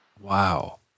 Wow